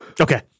Okay